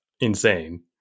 insane